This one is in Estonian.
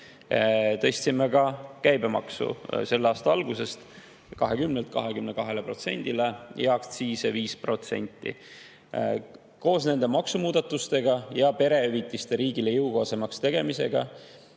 tõstsime ka käibemaksu selle aasta algusest 20%‑lt 22%‑le ja aktsiise 5%. Nende maksumuudatustega ja perehüvitiste riigile jõukohasemaks tegemise